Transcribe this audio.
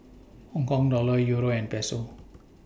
Hong Kong Dollar Euro and Peso